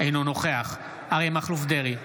אינו נוכח אריה מכלוף דרעי,